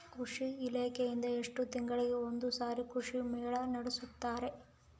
ಕೃಷಿ ಇಲಾಖೆಯಿಂದ ಎಷ್ಟು ತಿಂಗಳಿಗೆ ಒಂದುಸಾರಿ ಕೃಷಿ ಮೇಳ ನಡೆಸುತ್ತಾರೆ?